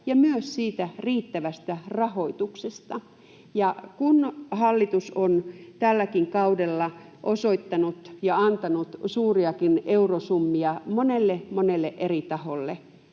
ja myös siitä riittävästä rahoituksesta, ja kun hallitus on tälläkin kaudella osoittanut ja antanut suuriakin eurosummia monelle, monelle